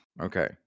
Okay